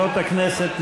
חברות הכנסת,